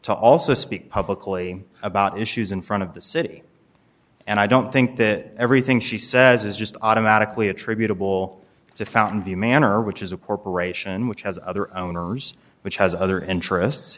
to also speak publicly about issues in front of the city and i don't think that everything she says is just automatically attributable to fountain view manner which is a corporation which has other owners which has other interests